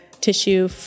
tissue